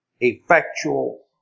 effectual